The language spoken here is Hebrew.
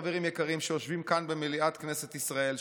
חברים יקרים שיושבים כאן במליאת כנסת ישראל,